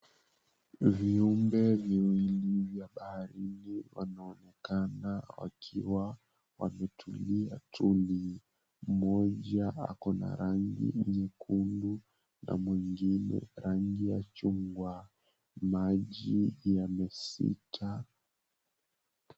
Viumbe viwili vya bahari wanaonekana wakiwa wametulia tuli. Mmoja ako na rangi nyekundu na mwengine rangi ya chungwa. Maji yamesita.